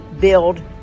build